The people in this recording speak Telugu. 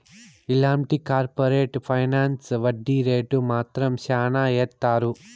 ఇలాంటి కార్పరేట్ ఫైనాన్స్ వడ్డీ రేటు మాత్రం శ్యానా ఏత్తారు